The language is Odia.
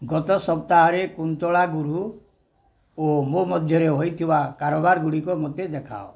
ଗତ ସପ୍ତାହରେ କୁନ୍ତଳା ଗୁରୁ ଓ ମୋ ମଧ୍ୟରେ ହୋଇଥିବା କାରବାର ଗୁଡ଼ିକ ମୋତେ ଦେଖାଅ